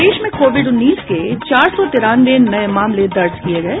प्रदेश में कोविड उन्नीस के चार सौ तिरानवे नये मामले दर्ज किये गये